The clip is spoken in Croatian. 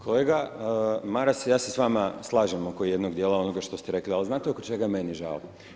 Kolega Maras, ja se s vama slažem oko jednog dijela onoga što ste rekli, ali znate oko meni žao?